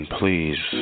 please